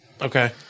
Okay